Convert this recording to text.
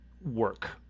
work